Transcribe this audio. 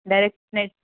direct net